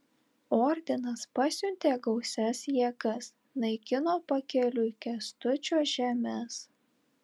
ordinas pasiuntė gausias jėgas naikino pakeliui kęstučio žemes